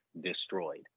destroyed